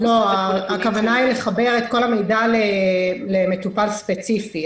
לא, הכוונה היא לחבר את כל המידע למטופל ספציפי.